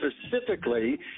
Specifically